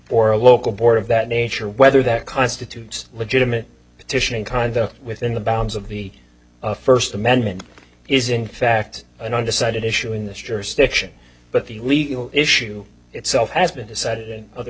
a local board of that nature whether that constitutes legitimate petition kind of within the bounds of the first amendment is in fact an undecided issue in this jurisdiction but the legal issue itself has been decided in other